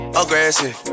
aggressive